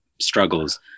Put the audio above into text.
struggles